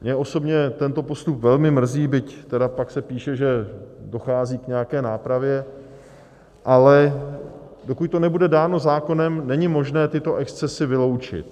Mě osobně tento postup velmi mrzí, byť tedy pak se píše, že dochází k nějaké nápravě, ale dokud to nebude dáno zákonem, není možné tyto excesy vyloučit.